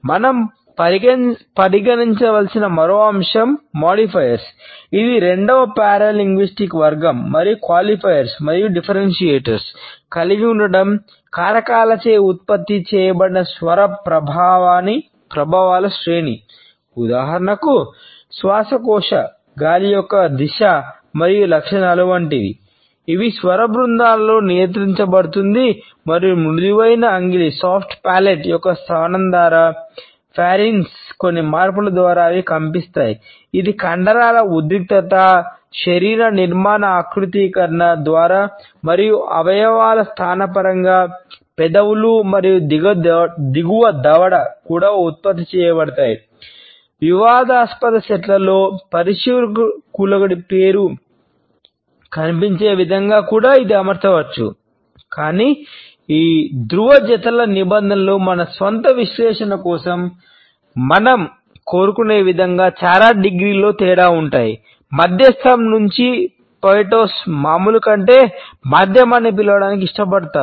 మనం పరిగణించవలసిన మరో అంశం మాడిఫైయర్లు అని వేరుచేస్తారు